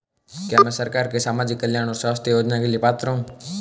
क्या मैं सरकार के सामाजिक कल्याण और स्वास्थ्य योजना के लिए पात्र हूं?